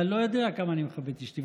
אתה לא יודע כמה אני מכבד את אשתי.